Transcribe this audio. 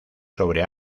sobre